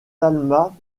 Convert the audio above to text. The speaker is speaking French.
talma